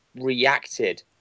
reacted